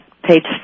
Page